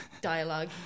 dialogue